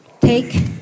take